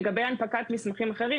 לגבי הנפקת מסמכים אחרים,